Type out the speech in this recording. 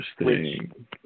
interesting